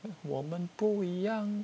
我们不一样